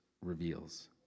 reveals